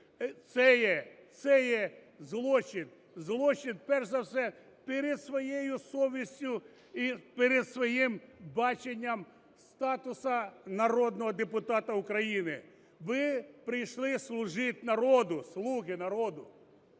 злочин, перш за все, перед своєю совістю і перед своїм баченням статусу народного депутата України. Ви прийшли служити народу, "слуги народу".